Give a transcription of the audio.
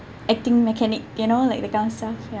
acting mechanic you know like the kind of stuff ya